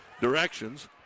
directions